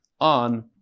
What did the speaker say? on